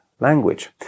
language